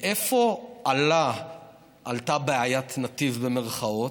מאיפה עלתה "בעיית נתיב", במירכאות?